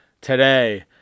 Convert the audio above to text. today